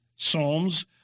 Psalms